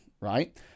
right